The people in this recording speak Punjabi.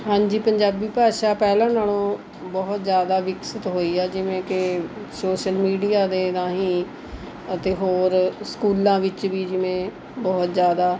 ਹਾਂਜੀ ਪੰਜਾਬੀ ਭਾਸ਼ਾ ਪਹਿਲਾਂ ਨਾਲ਼ੋਂ ਬਹੁਤ ਜ਼ਿਆਦਾ ਵਿਕਸਿਤ ਹੋਈ ਆ ਜਿਵੇਂ ਕਿ ਸੋਸਲ ਮੀਡੀਆ ਦੇ ਰਾਹੀਂ ਅਤੇ ਹੋਰ ਸਕੂਲਾਂ ਵਿੱਚ ਵੀ ਜਿਵੇਂ ਬਹੁਤ ਜ਼ਿਆਦਾ